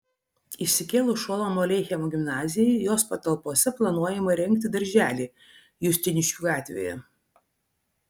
išsikėlus šolomo aleichemo gimnazijai jos patalpose planuojama įrengti darželį justiniškių gatvėje